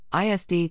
ISD